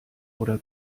oder